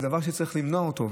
זה דבר שצריך למנוע אותו,